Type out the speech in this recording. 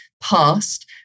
past